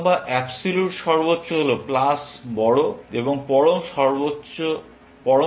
পরম সর্বোচ্চ হল প্লাস বড় এবং পরম সর্বনিম্ন হল মাইনাস বড়